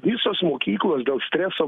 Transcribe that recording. visos mokyklos dėl streso